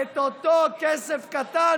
את אותו כסף קטן,